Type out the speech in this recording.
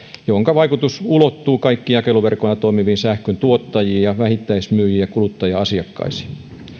jonka vaikutus ulottuu kaikkiin jakeluverkoissa toimiviin sähköntuottajiin ja vähittäismyyjiin ja kuluttaja asiakkaisiin